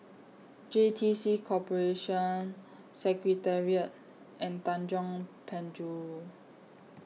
J T C Corporation Secretariat and Tanjong Penjuru